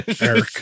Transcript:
Eric